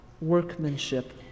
workmanship